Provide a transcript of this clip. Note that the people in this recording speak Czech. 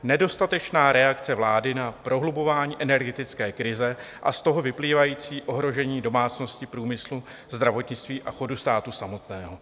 Nedostatečná reakce vlády na prohlubování energetické krize a z toho vyplývající ohrožení domácností, průmyslu, zdravotnictví a chodu státu samotného.